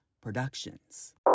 Productions